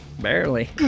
barely